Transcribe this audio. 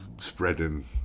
spreading